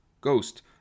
Ghost